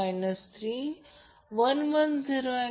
तर Zp हा 10 j 8 Ω म्हणजेच 12